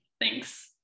Thanks